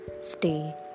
stay